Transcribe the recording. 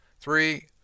Three